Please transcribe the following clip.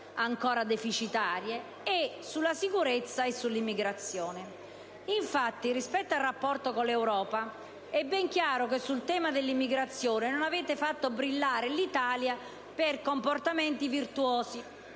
ancora deficitarie; sulla sicurezza; sull'immigrazione. Infatti, rispetto al rapporto con l'Europa è ben chiaro che sul tema dell'immigrazione non avete fatto brillare l'Italia per comportamenti virtuosi